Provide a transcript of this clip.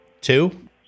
Two